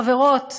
חברות,